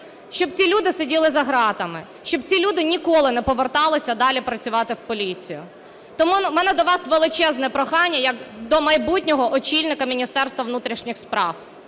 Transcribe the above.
щоб ці люди сиділи за ґратами, щоб ці люди ніколи не повертались далі працювати в поліцію. Тому у мене до вас величезне прохання як до майбутнього очільника Міністерства внутрішніх справ: